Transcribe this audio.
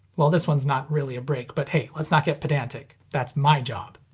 well, this one's not really a break but hey, let's not get pedantic. that's my job.